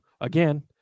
again